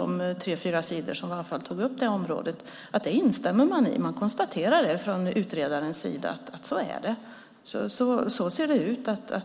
de tre fyra sidor i utredningen som tog upp det området - att man instämmer i detta. Utredaren konstaterar att så är det.